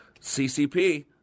CCP